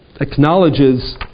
acknowledges